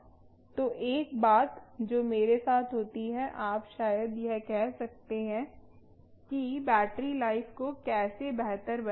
तो एक बात जो मेरे साथ होती है आप शायद यह कह सकते हैं कि बैटरी लाइफ को कैसे बेहतर बनाया जाए